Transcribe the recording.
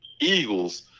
Eagles